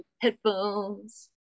headphones